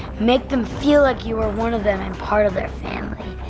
make them feel like you are one of them and part of their family.